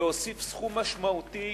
להוסיף סכום משמעותי